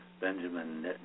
Benjamin